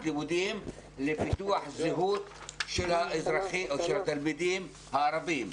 לימודים לפיתוח הזהות של התלמידים הערבים?